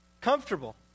comfortable